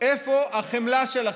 איפה החמלה שלכם?